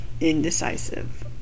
indecisive